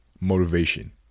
motivation